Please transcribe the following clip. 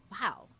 wow